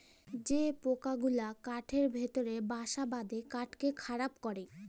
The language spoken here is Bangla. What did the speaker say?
যে পকা গুলা কাঠের ভিতরে বাসা বাঁধে কাঠকে খারাপ ক্যরে